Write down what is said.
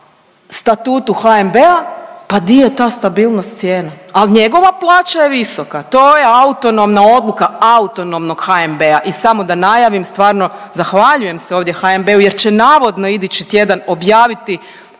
Statutu HNB-a. Pa di je ta stabilnost cijena? Al njegova plaća je visoka, to je autonomna odluka autonomnog HNB-a i samo da najavim, stvarno zahvaljujem se ovdje HNB-u jer će navodno idući tjedan objaviti